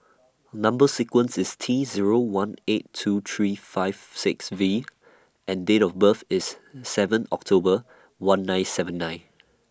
Number sequence IS T Zero one eight two three five six V and Date of birth IS seven October one nine seven nine